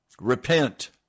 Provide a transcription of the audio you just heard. Repent